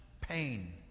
pain